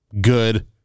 good